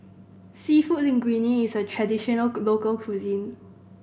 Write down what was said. Seafood Linguine is a traditional local cuisine